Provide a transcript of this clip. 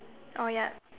ya